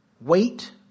Wait